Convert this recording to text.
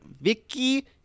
Vicky